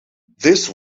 this